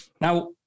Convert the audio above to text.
Now